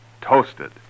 toasted